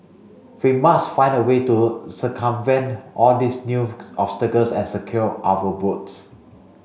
we must find a way to circumvent all these new obstacles and secure our votes